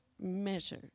measure